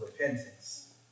repentance